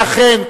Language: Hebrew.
ואכן,